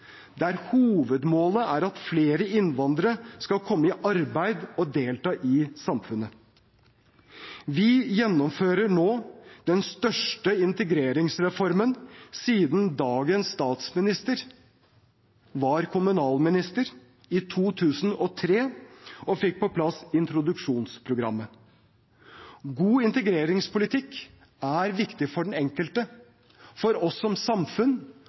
der hovedmålet er at flere innvandrere skal komme i arbeid og delta i samfunnet. Vi gjennomfører nå den største integreringsreformen siden dagens statsminister var kommunalminister i 2003 og fikk på plass introduksjonsprogrammet. God integreringspolitikk er viktig for den enkelte og for oss som samfunn,